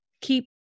keep